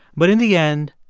but in the end,